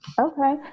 Okay